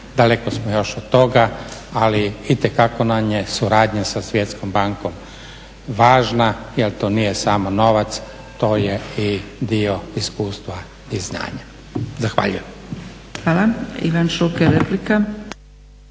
Daleko smo još od toga, ali itekako nam je suradnja sa Svjetskom bankom važna jer to nije samo novac, to je i dio iskustva i znanja. Zahvaljujem. **Zgrebec, Dragica